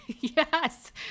Yes